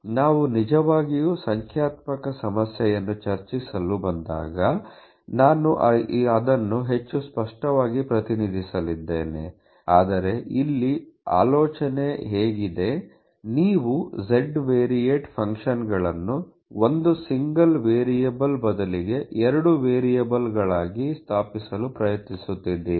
ನಾವು ನಿಜವಾಗಿಯೂ ಸಂಖ್ಯಾತ್ಮಕ ಸಮಸ್ಯೆಯನ್ನು ಚರ್ಚಿಸಲು ಬಂದಾಗ ನಾನು ಅದನ್ನು ಹೆಚ್ಚು ಸ್ಪಷ್ಟವಾಗಿ ಪ್ರತಿನಿಧಿಸಲಿದ್ದೇನೆ ಆದರೆ ಇಲ್ಲಿ ಆಲೋಚನೆ ಹೀಗಿದೆ ನೀವು z ವೇರಿಯೇಟ್ ಫಂಕ್ಷನ್ ಗಳನ್ನು 1 ಸಿಂಗಲ್ ವೇರಿಯೇಬಲ್ ಬದಲಿಗೆ 2 ವೇರಿಯೇಬಲ್ಗಳಾಗಿ ಸ್ಥಾಪಿಸಲು ಪ್ರಯತ್ನಿಸುತ್ತಿದ್ದೀರಿ